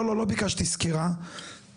לא ביקשתי סקירה,